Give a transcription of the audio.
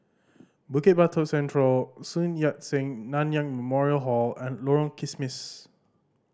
Bukit Batok Central Sun Yat Sen Nanyang Memorial Hall and Lorong Kismis